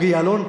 בוגי יעלון,